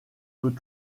peut